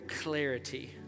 clarity